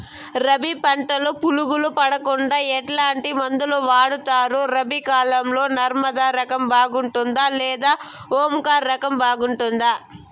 రబి పంటల పులుగులు పడకుండా ఎట్లాంటి మందులు వాడుతారు? రబీ కాలం లో నర్మదా రకం బాగుంటుందా లేదా ఓంకార్ రకం బాగుంటుందా?